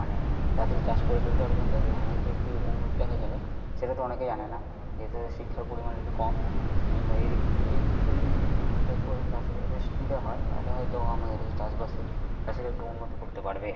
মানে তাড়াতাড়ি চাষ করে ফেলতে পারবে এবং তাদের ধানের যে একটু উন্নতি দেখা যাবে সেটা তো অনেকেই জানে না যেহেতু তাদের শিক্ষার পরিমাণটা একটু কম সেই জন্য এই দিক এই দিকগুলো যদি কেউ ঠিকঠাক করে চাষিদেরকে শিখিয়ে দেওয়া হয় তাহলে হয়তো আমাদের এই চাষবাসে চাষিরা একটু উন্নতি করতে পারবে